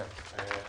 כן.